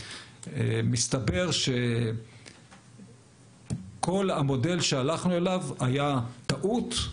מסתבר שכל המודל שהלכנו אליו היה טעות,